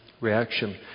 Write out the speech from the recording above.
reaction